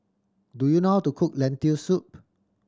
do you know how to cook Lentil Soup